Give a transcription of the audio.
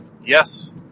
Yes